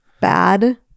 bad